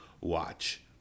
watch